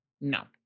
No